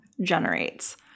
generates